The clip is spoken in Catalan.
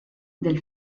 del